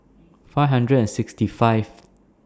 five hundred and sixty five